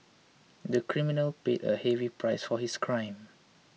the criminal paid a heavy price for his crime